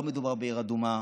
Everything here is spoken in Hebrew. לא מדובר בעיר אדומה,